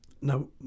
now